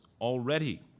already